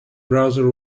browser